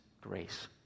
grace